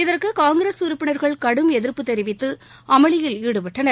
இதற்கு காங்கிரஸ் உறுப்பினர்கள் கடும் எதிர்ப்பு தெரிவித்து அமளியில் ஈடுபட்டனர்